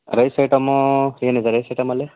rice ಐಟಮ್ಮೂ ಏನಿದೆ rice ಐಟಮಲ್ಲಿ